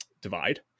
divide